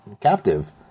captive